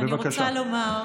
בבקשה.